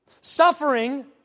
suffering